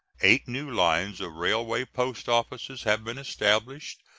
eight new lines of railway post-offices have been established,